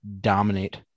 dominate